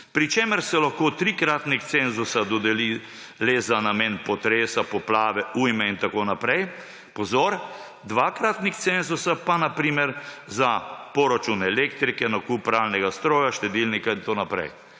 pri čemer se lahko trikratnik cenzusa dodeli le za namen potresa, poplave, ujme in tako naprej – pozor –, dvakratnik cenzusa pa na primer za poračun elektrike, nakup pralnega stroja, štedilnika in tako naprej.